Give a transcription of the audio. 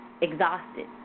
exhausted